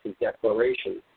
declaration